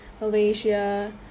Malaysia